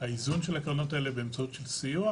האיזון של הקרנות האלה באמצעות סיוע,